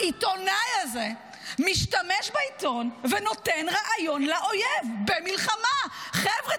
העיתונאי הזה משתמש בעיתון ונותן רעיון לאויב במלחמה: חבר'ה,